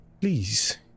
please